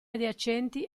adiacenti